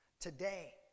Today